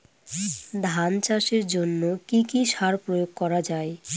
ধান চাষের জন্য কি কি সার প্রয়োগ করা য়ায়?